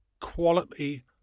quality